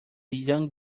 young